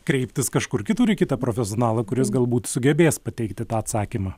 kreiptis kažkur kitur į kitą profesionalą kuris galbūt sugebės pateikti tą atsakymą